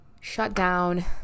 shutdown